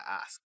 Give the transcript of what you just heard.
ask